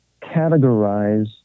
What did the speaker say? categorize